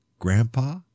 Grandpa